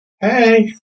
Hey